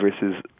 versus